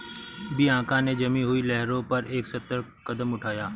Bianca ने जमी हुई लहरों पर एक सतर्क कदम उठाया